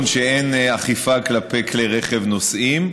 כלי רכב נוסעים.